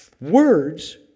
words